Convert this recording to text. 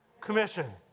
Commission